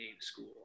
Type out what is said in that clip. school